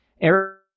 Eric